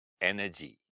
energy